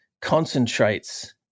concentrates